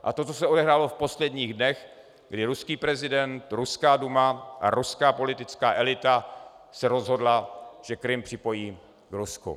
A to, co se odehrálo v posledních dnech, kdy ruský prezident, ruská Duma a ruská politická elita se rozhodli, že Krym připojí k Rusku.